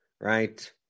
right